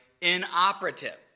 inoperative